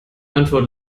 antwort